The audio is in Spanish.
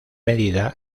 medida